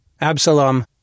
Absalom